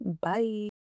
Bye